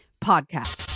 Podcast